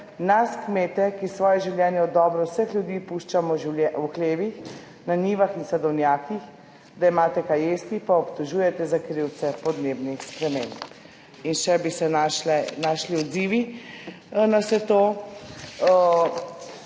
nas kmete, ki svoje življenje v dobro vseh ljudi puščamo v hlevih, na njivah in sadovnjakih, da imate kaj jesti, pa obtožujete za krivce podnebnih sprememb? In še bi se naši odzivi na vse to.